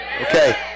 Okay